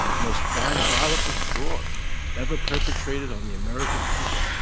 most diabolical fraud ever perpetrated on the american people.